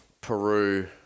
Peru